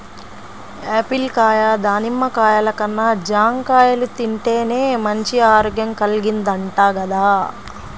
Apple కాయ, దానిమ్మ కాయల కన్నా జాంకాయలు తింటేనే మంచి ఆరోగ్యం కల్గిద్దంట గదా